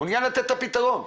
לתת את הפתרון'